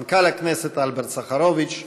מנכ"ל הכנסת אלברט סחרוביץ,